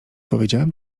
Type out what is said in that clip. powiedziałem